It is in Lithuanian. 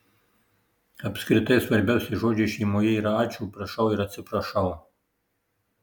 apskritai svarbiausi žodžiai šeimoje yra ačiū prašau ir atsiprašau